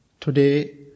Today